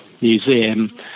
Museum